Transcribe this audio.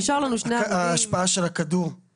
נשארו לנו עוד שני עמודים.